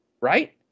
right